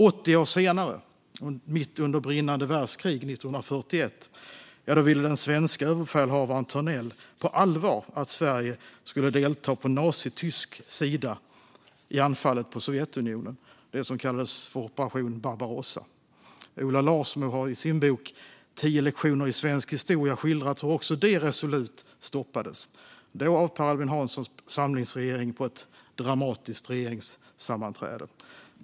80 år senare, mitt under brinnande världskrig 1941, tyckte den svenske överbefälhavaren Thörnell på allvar att Sverige skulle delta på nazitysk sida i anfallet på Sovjetunionen - det som kallades operation Barbarossa. Ola Larsmo har i sin bok Tio lektioner i svensk historia skildrat hur också detta resolut stoppades, då av Per Albin Hanssons samlingsregering på ett dramatiskt regeringssammanträde.